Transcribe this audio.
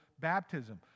baptism